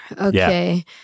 Okay